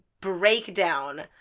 breakdown